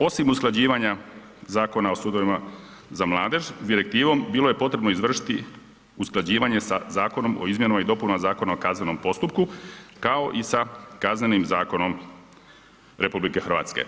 Osim usklađivanja Zakona o sudovima za mladež s direktivom bilo je potrebno izvršiti usklađivanje sa Zakonom o izmjenama i dopunama Zakona o kaznenom postupku kao i sa Kaznenim zakonom RH.